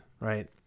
right